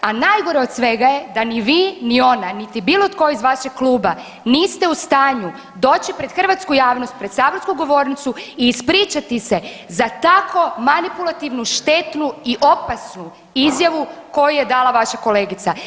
A najgore od svega je da ni vi, ni ona, niti bilo tko iz vašeg kluba niste u stanju doći pred hrvatsku javnost, pred saborsku govornicu i ispričati se za tako manipulativno štetnu i opasnu izjavu koju je dala vaša kolegica.